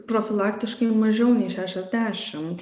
profilaktiškai mažiau nei šešiasdešimt